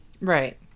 Right